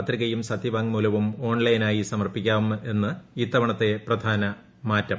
പത്രികയും സത്യവാങ്മൂലവും ഓൺലൈനായി സമർപ്പിക്കാമെന്നതാണ് ഇത്തവണത്തെ പ്രധാന മാറ്റം